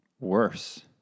Worse